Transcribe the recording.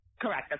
correct